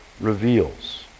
reveals